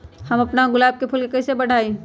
हम अपना गुलाब के फूल के कईसे बढ़ाई?